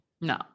No